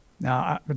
Now